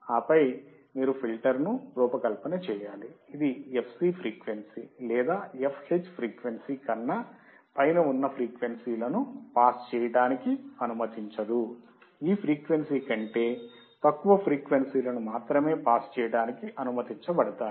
ఆపై మీరు ఫిల్టర్ను రూపకల్పన చేయాలి ఇది fc ఫ్రీక్వెన్సీ లేదా fh ఫ్రీక్వెన్సీ కన్నాపైన వున్న ఫ్రీక్వెన్సీ లని పాస్ చేయడానికి అనుమతించదు ఈ ఫ్రీక్వెన్సీ కంటే తక్కువ ఫ్రీక్వెన్సీ లను మాత్రమే పాస్ చేయడానికి అనుమతించబడతాయి